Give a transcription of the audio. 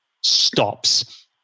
stops